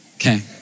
Okay